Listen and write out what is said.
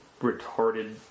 retarded